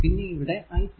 പിന്നെ ഇവിടെ i3